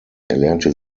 erlernte